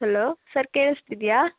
hello sir ಕೇಳಿಸ್ತಿದ್ಯಾ